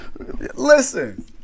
Listen